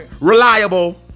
reliable